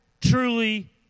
truly